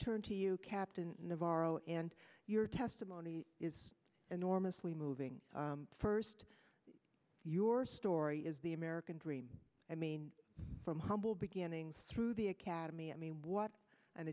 turn to you captain navarro and your testimony is enormously moving first your story is the american dream i mean from humble beginnings through the academy i mean what an